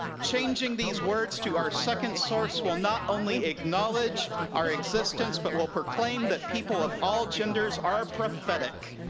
changing these words to our second source will not only acknowledge our existence, but will proclaim that people of all genders are prophetic.